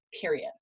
period